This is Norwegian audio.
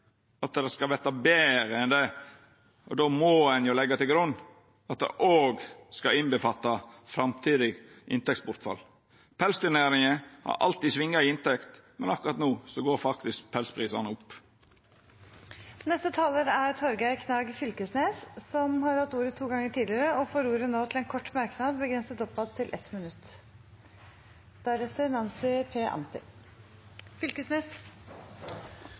at det skal verta betre enn det, og då må ein leggja til grunn at det òg skal omfatta framtidig inntektsbortfall. Pelsdyrnæringa har alltid svinga i inntekt, men akkurat no går faktisk pelsprisane opp. Representanten Torgeir Knag Fylkesnes har hatt ordet to ganger tidligere og får ordet til en kort merknad, begrenset til 1 minutt.